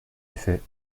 effet